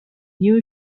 new